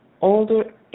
older